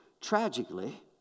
tragically